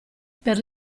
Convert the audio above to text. per